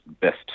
best